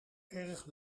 erg